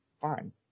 Fine